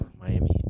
Miami